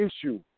issue